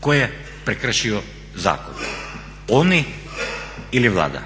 Tko je prekršio zakon, oni ili Vlada?